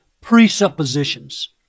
presuppositions